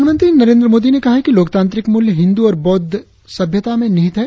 प्रधानमंत्री नरेंद्र मोदी ने कहा कि लोकतांत्रिक मूल्य हिंदू और बौद्ध सभ्यता में निहित हैं